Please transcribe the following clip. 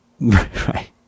Right